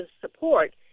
support